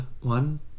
one